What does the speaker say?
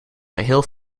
geheel